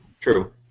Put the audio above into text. True